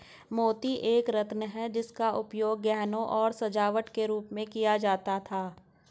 मोती एक रत्न है जिसका उपयोग गहनों और सजावट के रूप में किया जाता था